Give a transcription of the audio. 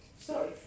Sorry